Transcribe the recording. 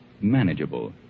manageable